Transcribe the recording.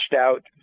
out